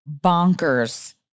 bonkers